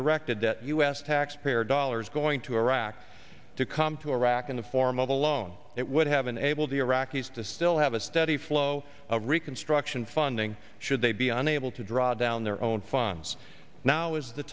directed that u s taxpayer dollars going to iraq to come to iraq in the form of alone it would have enabled the iraqis to still have a steady flow of reconstruction funding should they be unable to draw down their own funds now is the